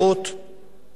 בעוד חודש.